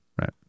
Right